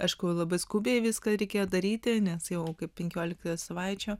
aišku labai skubiai viską reikėjo daryti nes jau kaip penkiolika savaičių